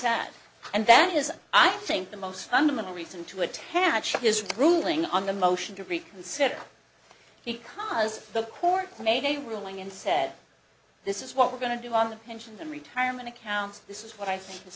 sat and that is i think the most fundamental reason to attach his ruling on the motion to reconsider because the court made a ruling and said this is what we're going to do on the pensions and retirement accounts this is what i think it's